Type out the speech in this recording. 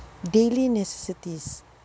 daily necessities